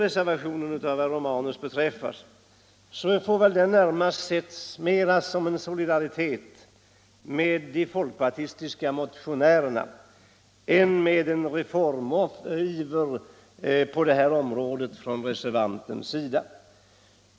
Reservationen 3 av herr Romanus får väl ses mera som ett uttryck för solidaritet med de folkpartistiska motionärerna än som ett utslag av reformiver på detta område från reservantens sida.